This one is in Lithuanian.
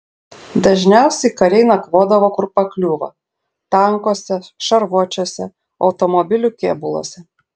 dažniausiai kariai nakvodavo kur pakliūva tankuose šarvuočiuose automobilių kėbuluose